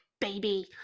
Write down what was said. baby